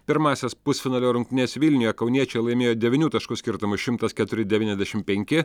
pirmąsias pusfinalio rungtynes vilniuje kauniečiai laimėjo devynių taškų skirtumu šimtas keturi devyniasdešimt penki